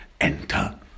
enter